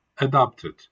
adapted